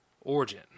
origin